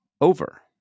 over